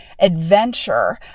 adventure